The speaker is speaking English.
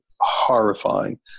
horrifying